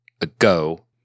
ago